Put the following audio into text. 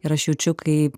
ir aš jaučiu kaip